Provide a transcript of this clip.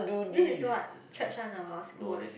this is what church one or school one